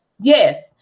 Yes